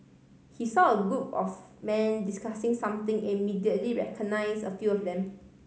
he saw a group of men discussing something immediately recognise a few of them